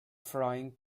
frying